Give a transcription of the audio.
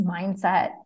mindset